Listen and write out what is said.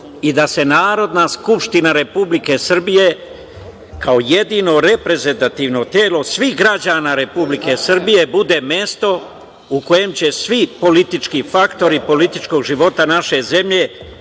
i da se Narodna skupština Republike Srbije kao jedino reprezentativno telo svih građana Republike Srbije bude mesto u kojem će svi politički faktori političkog života naše zemlje